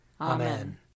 Amen